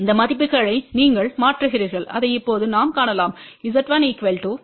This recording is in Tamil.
இந்த மதிப்புகளை நீங்கள் மாற்றுகிறீர்கள் அதை இப்போது நாம் காணலாம் Z1 100 Ω Z2 57